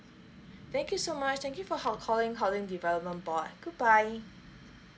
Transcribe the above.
thank you so much thank you for calling calling housing development board good bye